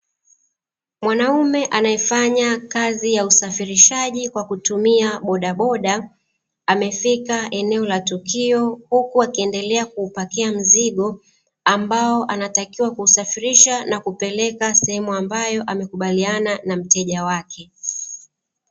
Mwanaume anayefanya kazi ya usafirishaji kwa kutumia bodaboda, amefika eneo la tukio huku akiendelea kuupakia mzigo, ambao anatakiwa kuusafirisha na kupeleka sehemu ambayo amekubaliana na mteja wake.